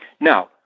Now